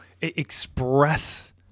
express